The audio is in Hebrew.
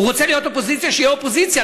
הוא רוצה להיות אופוזיציה, שיהיה אופוזיציה.